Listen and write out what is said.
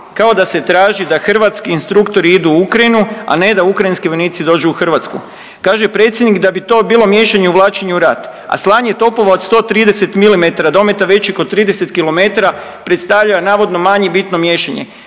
kao da se traži da hrvatski instruktori idu u Ukrajinu, a ne da ukrajinski vojnici dođu u Hrvatsku. Kaže predsjednik da bi to bilo miješanje i uvlačenje u rat, a slanje topova od 130 milimetara dometa većeg od 30 km predstavlja navodno manje bitno miješanje.